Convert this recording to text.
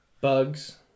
bugs